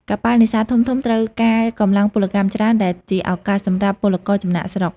កប៉ាល់នេសាទធំៗត្រូវការកម្លាំងពលកម្មច្រើន ដែលជាឱកាសសម្រាប់ពលករចំណាកស្រុក។